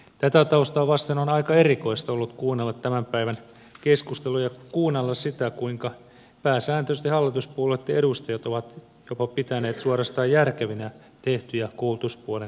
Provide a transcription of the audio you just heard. tätä taustaa vasten on aika erikoista ollut kuunnella tämän päivän keskusteluja kuunnella sitä kuinka pääsääntöisesti hallituspuolueitten edustajat ovat jopa pitäneet suorastaan järkevinä tehtyjä koulutuspuolen leikkauksia